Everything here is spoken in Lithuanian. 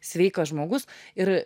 sveikas žmogus ir